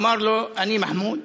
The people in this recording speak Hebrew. אמר לו: אני מחמוד,